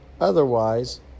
Otherwise